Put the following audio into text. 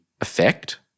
effect